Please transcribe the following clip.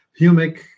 humic